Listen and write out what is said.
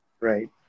Right